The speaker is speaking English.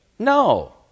No